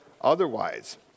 otherwise